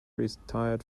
retired